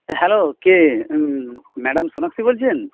hello কে madam Sonakshi বলছেন